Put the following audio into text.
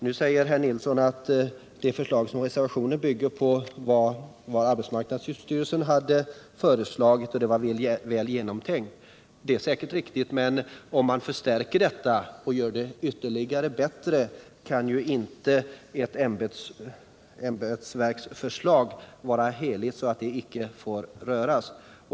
Nu säger Birger Nilsson att reservationen 2 bygger på vad arbetsmarknadsstyrelsen föreslagit och att det är väl genomtänkt. Detta är säkert riktigt, men om man kan förstärka det och göra det bättre kan ju inte ett ämbetsverks förslag vara så heligt att det icke får röras.